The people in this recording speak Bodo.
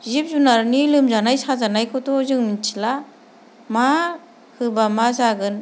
जिब जुनादनि लोमजानाय साजानायखौथ' जों मिन्थिला मा होब्ला मा जागोन